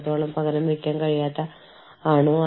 അരമണിക്കൂറിനുള്ളിൽ നിങ്ങൾക്ക് ഓഫീസിലെത്താം